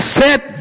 set